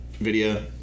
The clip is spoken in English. video